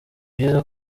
byiza